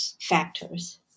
factors